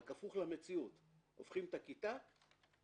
רק הפוך למציאות הופכים את הכיתה למעלית.